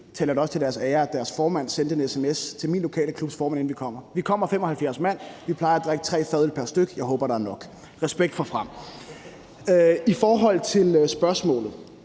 taler det også til deres ære, at deres formand, inden de kom, sendte en sms til min lokale klubs formand, hvor han sagde: Vi kommer 75 mand, vi plejer at drikke tre fadøl pr. styk – jeg håber, der er nok. Respekt for Frem! I forhold til spørgsmålet